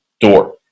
door